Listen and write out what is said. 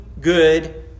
good